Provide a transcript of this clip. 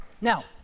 Now